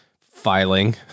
filing